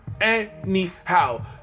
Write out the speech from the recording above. Anyhow